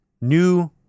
new